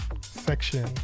section